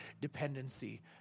dependency